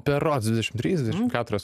berods dvidešim trys dvidešim keturios